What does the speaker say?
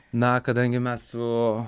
na kadangi mes su